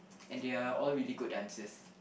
and they are all really good dancers